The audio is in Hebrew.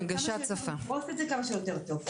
כמה שיותר נפרוט את זה - כמה שיותר טוב.